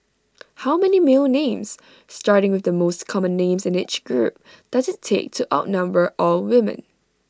how many male names starting with the most common names in each group does IT take to outnumber all women